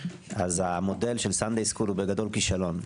אז המודל שלו בגדול הוא כישלון.